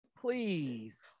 Please